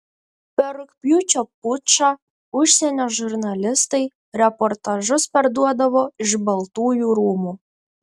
per rugpjūčio pučą užsienio žurnalistai reportažus perduodavo iš baltųjų rūmų